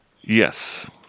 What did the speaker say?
Yes